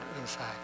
inside